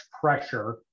pressure